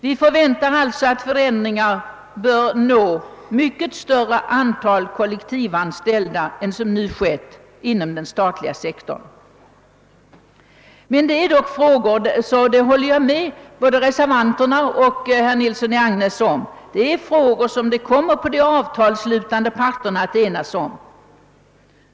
Vi förväntar alltså att förändringar når ett mycket större antal kollektivavtalsanställda än som har varit fallet inom den statliga sektorn. Jag håller dock med herr Nilsson i Agnäs och de övriga reservanterna om att detta är frågor som det ankommer på de avtalsslutande parterna att avgöra.